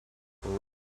were